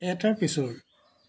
এটাৰ পিছৰ